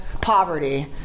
poverty